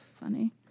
funny